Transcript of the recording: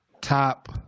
top